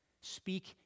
Speak